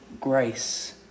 grace